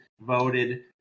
voted